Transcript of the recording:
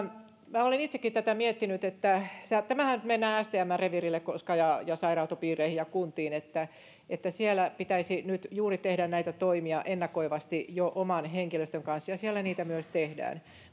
minä olen itsekin tätä miettinyt että tässähän mennään stmn reviirille ja ja sairaanhoitopiireihin ja kuntiin siellä pitäisi nyt juuri tehdä näitä toimia ennakoivasti jo oman henkilöstön kanssa ja siellä niitä myös tehdään